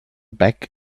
back